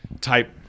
type